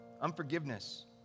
Unforgiveness